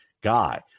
guy